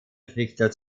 richter